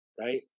Right